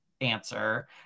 answer